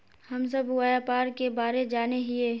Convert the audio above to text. हम सब व्यापार के बारे जाने हिये?